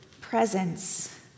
presence